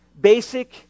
basic